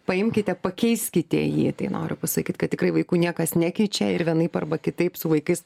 paimkite pakeiskite jį tai noriu pasakyt kad tikrai vaikų niekas nekeičia ir vienaip arba kitaip su vaikais